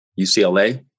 UCLA